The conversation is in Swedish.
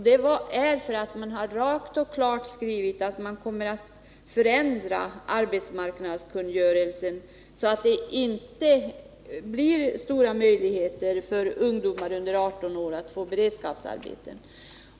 Det har ju klart sagts ifrån att man kommer att förändra arbetsmarknadskungörelsen, så att det inte blir så stora möjligheter för ungdomar under 18 år att få beredskapsarbete.